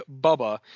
Bubba